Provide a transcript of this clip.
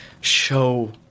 show